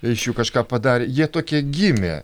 iš jų kažką padarė jie tokie gimė